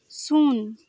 ᱥᱩᱱ